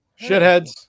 Shitheads